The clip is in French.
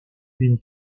une